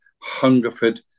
Hungerford